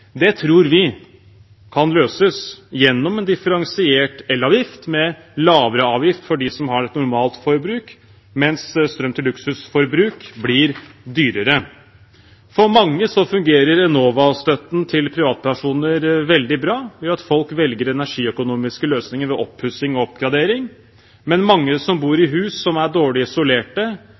Det tror vi kan løses gjennom en differensiert elavgift, med lavere avgift for dem som har et normalt forbruk, mens strøm til luksusforbruk blir dyrere. For mange fungerer Enova-støtten til privatpersoner veldig bra ved at folk velger energiøkonomiske løsninger ved oppussing og oppgradering. Men mange som bor i hus som er dårlig